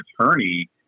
attorney